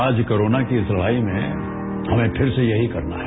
आज कोरोना की इस लड़ाई में हमें फिर से यही करना है